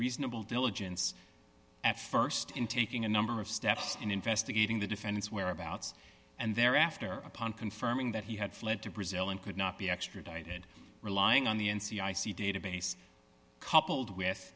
reasonable diligence at st in taking a number of steps and investigating the defend its whereabouts and thereafter upon confirming that he had fled to brazil and could not be extradited relying on the n c i c database coupled with